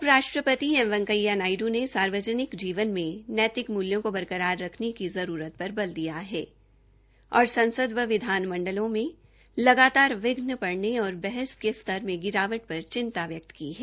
उप राष्ट्रपति एम वैंकेया नायडू ने सार्वजनिक जीवन में नैतिक मूल्यों को बरकरार रखने की जरूरत पर बल दिया है और संसद व विधानमण्डलों मे लगातार विघ्न पड़ने और बहस के स्तर पर गिरावट पर चिंता व्यक्त की है